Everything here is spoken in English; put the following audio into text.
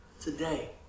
Today